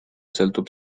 sõltub